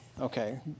Okay